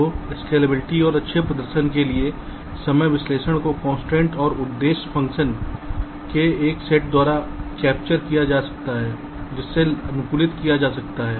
तो स्केलेबिलिटी और अच्छे प्रदर्शन के लिए समय विश्लेषण को कंस्ट्रेंट्स और उद्देश्य फ़ंक्शन के एक सेट द्वारा कैप्चर किया जा सकता है जिसे अनुकूलित किया जा सकता है